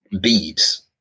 beads